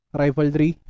rivalry